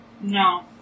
No